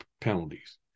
penalties